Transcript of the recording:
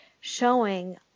showing